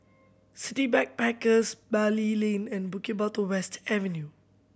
City Backpackers Bali Lane and Bukit Batok West Avenue